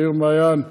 יאיר מעיין,